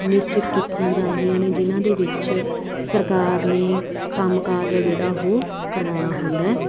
ਨਿਸ਼ਚਿਤ ਕੀਤੀਆਂ ਜਾਂਦੀਆਂ ਨੇ ਜਿਨ੍ਹਾਂ ਦੇ ਵਿੱਚ ਸਰਕਾਰ ਨੇ ਕੰਮਕਾਜ ਹੈ ਜਿਹੜਾ ਉਹ ਕਰਵਾਉਣਾ ਹੁੰਦਾ ਹੈ